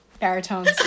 Baritones